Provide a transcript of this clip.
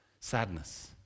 sadness